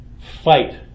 fight